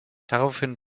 daraufhin